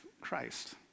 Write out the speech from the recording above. Christ